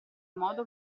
modo